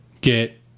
get